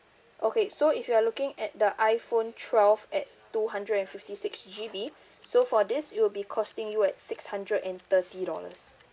okay so if you're looking at the iphone twelve at two hundred and fifty six G_B so for this it will be costing you at six hundred and thirty dollars